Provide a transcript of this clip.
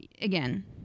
again